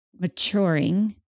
maturing